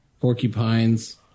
porcupines